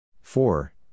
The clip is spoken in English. four